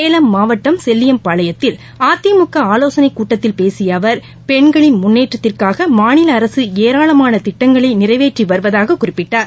சேலம் மாவட்டம் செல்லியம்பாளையத்தில் அதிமுகஆலோசனைகூட்டத்தில் பேசியஅவர் பெண்களின் முன்னேற்றத்திற்காகமாநிலஅரசுஏராளமானதிட்டங்களைநிறைவேற்றிவருவதாககுறிப்பிட்டார்